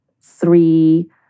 three